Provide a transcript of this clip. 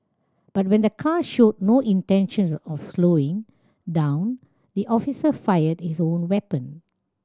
but when the car showed no intentions of slowing down the officer fired his own weapon